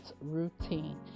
routine